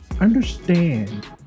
Understand